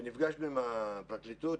נפגשנו עם הפרקליטות,